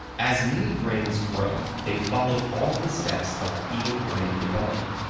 as mini brains grow, they follow all the steps of fetal brain development.